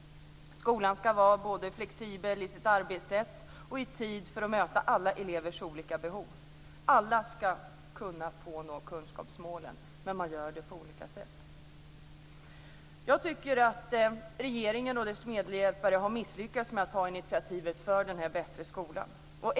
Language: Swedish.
Skolan ska vara flexibel både i sitt arbetsätt och i tid, för att möta alla elevers olika behov. Alla ska kunna nå kunskapsmålen men man gör det på olika sätt. Jag tycker att regeringen och dess medhjälpare har misslyckats med att ta initiativ för en bättre skola.